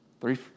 Three